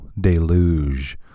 deluge